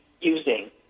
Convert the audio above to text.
using